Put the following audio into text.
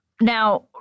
Now